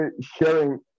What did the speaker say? sharing